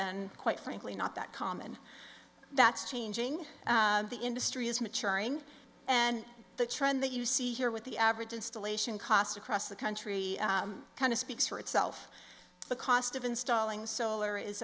and quite frankly not that common that's changing the industry is maturing and the trend that you see here with the average installation costs across the country kind of speaks for itself the cost of installing solar is